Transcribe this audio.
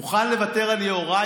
אני מוכן לוותר על יוראי,